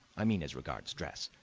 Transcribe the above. i mean as regards dress.